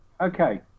Okay